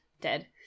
dead